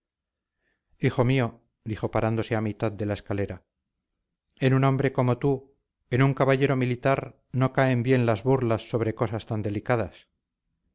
hijo mío dijo parándose a mitad de la escalera en un hombre como tú en un caballero militar no caen bien las burlas sobre cosas tan delicadas